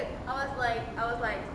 honestly I was like